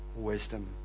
wisdom